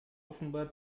offenbar